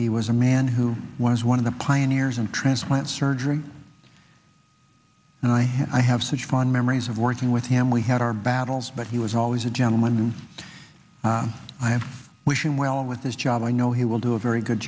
he was a man who was one of the pioneers and transplant surgery and i had i have such fun memories of working with him we had our battles but he was always a gentleman and i am wishing well with this job i know he will do a very good